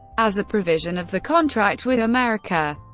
as a provision of the contract with america,